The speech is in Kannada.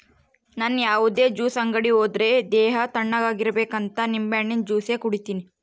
ನನ್ ಯಾವುದೇ ಜ್ಯೂಸ್ ಅಂಗಡಿ ಹೋದ್ರೆ ದೇಹ ತಣ್ಣುಗಿರಬೇಕಂತ ನಿಂಬೆಹಣ್ಣಿನ ಜ್ಯೂಸೆ ಕುಡೀತೀನಿ